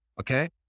Okay